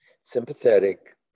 sympathetic